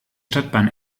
stadtbahn